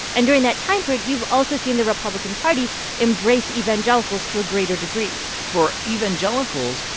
and during that time period, you've also seen the republican party embrace evangelicals to a greater degree for evangelicals,